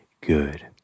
good